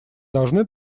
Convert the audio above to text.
должны